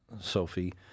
Sophie